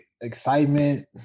excitement